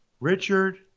Richard